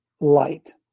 light